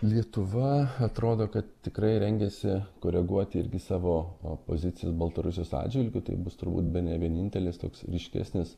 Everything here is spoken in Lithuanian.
lietuva atrodo kad tikrai rengiasi koreguoti irgi savo pozicijas baltarusijos atžvilgiu tai bus turbūt bene vienintelis toks ryškesnis